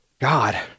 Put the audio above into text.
God